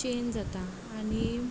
change जाता आनी